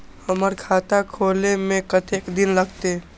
हमर खाता खोले में कतेक दिन लगते?